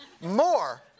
more